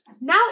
Now